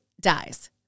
dies